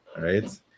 right